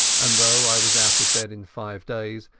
and though i was out of bed in five days,